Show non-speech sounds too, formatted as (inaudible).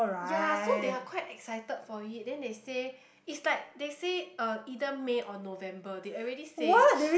ya so they are quite excited for it then they say it's like they say uh either May or November they already say (noise)